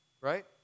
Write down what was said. Right